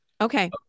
Okay